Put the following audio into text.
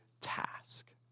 task